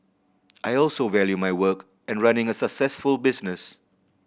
I also value my work and running a successful business